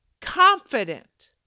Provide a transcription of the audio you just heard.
confident